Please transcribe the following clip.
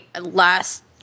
last